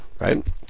right